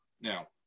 Now